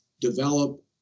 develop